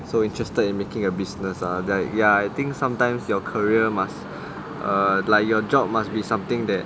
so interested in making a business ah like ya I think sometimes your career like must like your job must be something that